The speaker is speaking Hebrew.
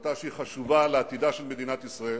החלטה שהיא חשובה לעתידה של מדינת ישראל,